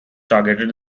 targeted